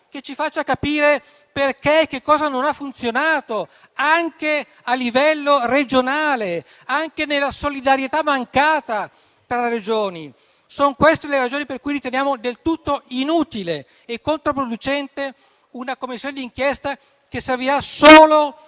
che ci faccia capire perché e cosa non ha funzionato anche a livello regionale, anche nella solidarietà mancata tra Regioni. Son queste le ragioni per cui riteniamo del tutto inutile e controproducente una Commissione d'inchiesta che servirà solo